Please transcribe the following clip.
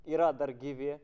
yra dar gyvi